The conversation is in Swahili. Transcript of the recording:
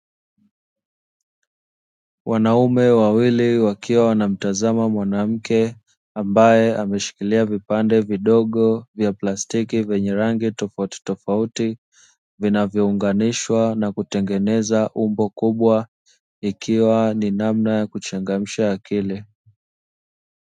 Wanaume wawili wakiwa wanamtazama mwanamke ambaye ameshikilia vipande vidogo vya plastiki vyenye rangi tofauti tofauti, vinavyounganishwa na kutengeneza umbo kubwa ikiwa ni namna ya kuchamgamsha akili.